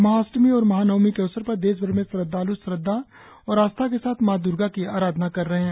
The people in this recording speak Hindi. महाष्टमी और महानवमी के अवसर पर देशभर में श्रद्वाल् श्रद्वा और आस्था के साथ मां द्र्गा की आराधना कर रहे हैं